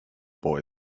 boy